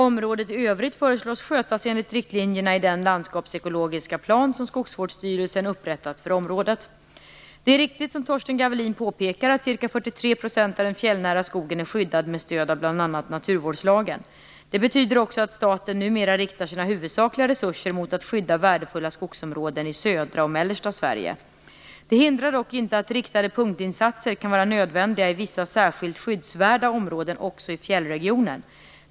Området i övrigt föreslås skötas enligt riktlinjerna i den landskapsekologiska plan som Det är riktigt, som Torsten Gavelin påpekar, att ca 43 % av den fjällnära skogen är skyddad med stöd av bl.a. naturvårdslagen. Det betyder också att staten numera riktar sina huvudsakliga resurser mot att skydda värdefulla skogsområden i södra och mellersta Det hindrar dock inte att riktade punktinsatser kan vara nödvändiga i vissa särskilt skyddsvärda områden också i fjällregionen.